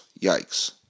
Yikes